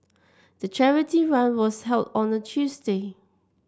the charity run was held on a Tuesday